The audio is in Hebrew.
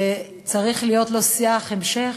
צריך להיות לו שיח המשך,